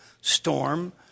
storm